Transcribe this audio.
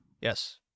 Yes